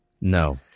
No